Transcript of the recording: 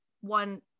one